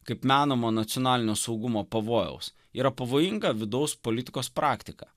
kaip menamo nacionalinio saugumo pavojaus yra pavojinga vidaus politikos praktika